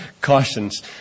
cautions